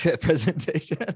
presentation